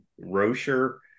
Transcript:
Rocher